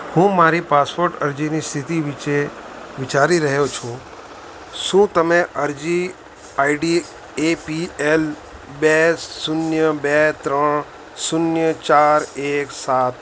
હું મારી પાસપોર્ટ અરજીની સ્થિતિ વિશે વિચારી રહ્યો છું શું તમે અરજી આઇડી એપીએલ બે શૂન્ય બે ત્રણ શૂન્ય ચાર એક સાત